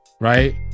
right